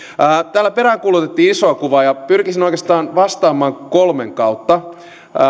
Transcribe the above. täällä peräänkuulutettiin isoa kuvaa ja pyrkisin oikeastaan vastaamaan kolmen kautta